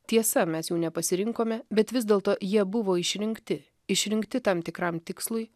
tiesa mes jų nepasirinkome bet vis dėlto jie buvo išrinkti išrinkti tam tikram tikslui